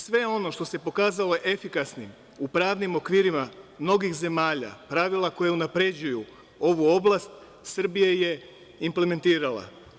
Sve ono što se pokazalo efikasnim u pravnim okvirima mnogih zemalja, pravila koja unapređuju ovu oblast Srbija je implementirala.